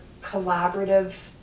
collaborative